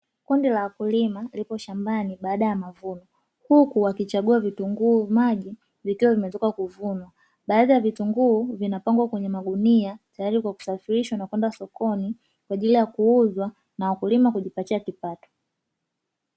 Kundi la wakulima lipo shambani baada ya mavuno huku wakichagua vitunguu maji vikiwa vimetoka kuvunwa. Baadhi ya vitunguu vinapangwa kwenye magunia tayari kwa kusafirisha na kwenda sokoni kwa ajili ya kuuzwa na wakulima kujipatia kipato.